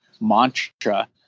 mantra